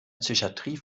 psychatrie